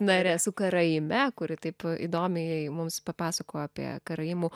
nare su karaime kuri taip įdomiai mums papasakojo apie karaimų